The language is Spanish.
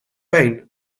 payne